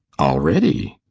already?